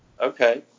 Okay